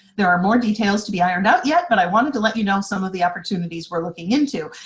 there are more details to be ironed out, yet, but i wanted to let you know some of the opportunities we're looking into.